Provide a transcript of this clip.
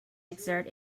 exert